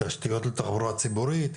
תשתיות לתחבורה ציבורית,